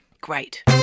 Great